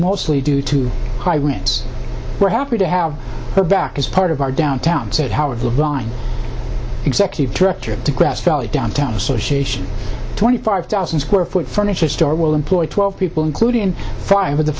mostly due to high rents we're happy to have her back as part of our downtown said however the executive director of the grass valley downtown association twenty five thousand square foot furniture store will employ twelve people including five